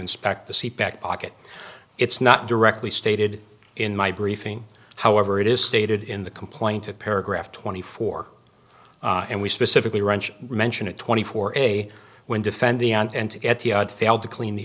inspect the seat back pocket it's not directly stated in my briefing however it is stated in the complaint of paragraph twenty four and we specifically wrench mention a twenty four a when defend the and failed to clean the